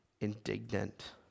indignant